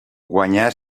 guanyà